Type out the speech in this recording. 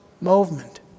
movement